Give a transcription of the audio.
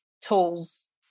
tools